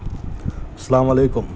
السلام علیکم